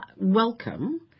welcome